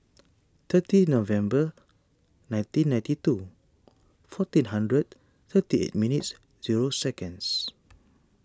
thirty November nineteen ninety two fourteen hundred thirty eight minutes zero seconds